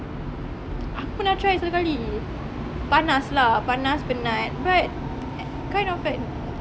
aku nak try satu kali panas lah panas penat but kind of like